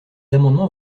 amendements